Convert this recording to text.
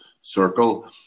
circle